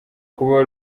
kuba